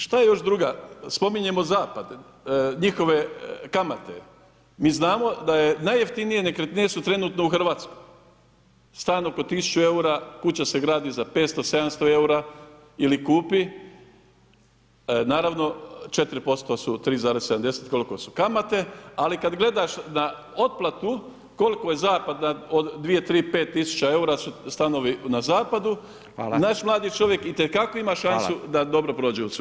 Što je još drugo, spominjemo zapad, njihove kamate, mi znamo da najjeftinije nekretnine su trenutno u Hrvatskoj, stan oko 1000 eura, kuća se gradi za 500, 700 eura ili kupi, naravno 4%, 3,70% koliko su kamate, ali kad gledaš na otplatu koliko je zapad od 2, 3, 5000 eura su stanovi na zapadu, naš mladi čovjek itekako ima šansu da dobro prođe u svemu tome.